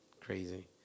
Crazy